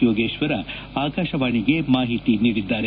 ಯೋಗೇಶ್ವರ ಆಕಾಶವಾಣಿಗೆ ಮಾಹಿತಿ ನೀಡಿದ್ದಾರೆ